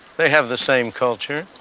they have the same culture.